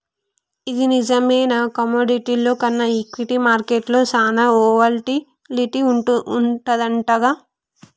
ఇది నిజమేనా కమోడిటీల్లో కన్నా ఈక్విటీ మార్కెట్లో సాన వోల్టాలిటీ వుంటదంటగా